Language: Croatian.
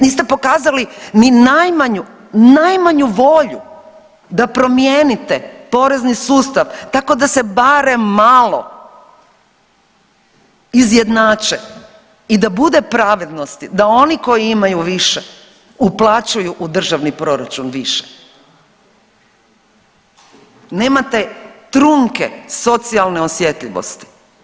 Niste pokazali ni najmanju, najmanju volju da promijenite porezni sustav tako da se barem malo izjednače i da bude pravednosti, da oni koji imaju više uplaćuju u državni proračun više, nemate trunke socijalne osjetljivosti.